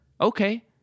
Okay